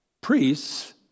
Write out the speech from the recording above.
priests